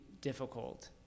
difficult